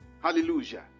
Hallelujah